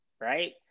right